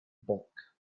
bulk